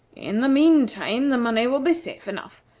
in the mean time the money will be safe enough,